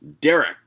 Derek